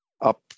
up